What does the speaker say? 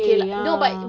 ye lah